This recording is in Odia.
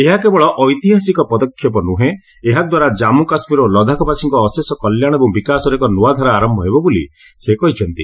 ଏହା କେବଳ ଐତିହାସିକ ପଦକ୍ଷେପ ନୁହେଁ ଏହା ଦ୍ୱାରା କାମ୍ମୁ କାଶ୍ମୀର ଓ ଲଦାଖବାସୀଙ୍କ ଅଶେଷ କଲ୍ୟାଣ ଏବଂ ବିକାଶର ଏକ ନୂଆ ଧାରା ଆରମ୍ଭ ହେବ ବୋଲି ସେ କହିଛନ୍ତି